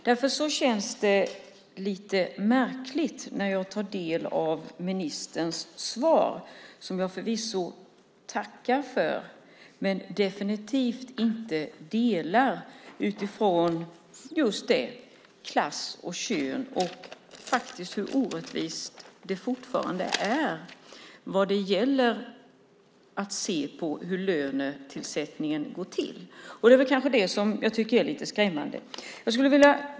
Därför känns det lite märkligt när jag tar del av ministerns svar, som jag förvisso tackar för, men jag håller definitivt inte med om det just utifrån klass och könsperspektivet och faktiskt hur orättvist det fortfarande är när det gäller hur lönesättningen går till. Det är det som jag tycker är lite skrämmande.